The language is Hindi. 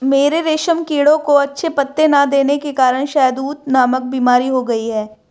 मेरे रेशम कीड़ों को अच्छे पत्ते ना देने के कारण शहदूत नामक बीमारी हो गई है